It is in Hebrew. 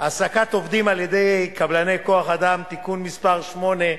העסקת עובדים על-ידי קבלני כוח-אדם (תיקון מס' 8),